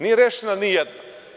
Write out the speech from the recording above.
Nije rešena nijedna.